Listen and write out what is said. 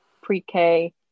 pre-k